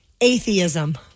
atheism